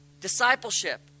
Discipleship